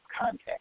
contact